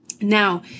Now